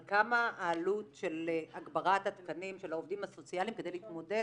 על כמה העלות של הגברת התקנים של העובדים הסוציאליים כדי להתמודד